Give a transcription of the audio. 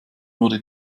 wurde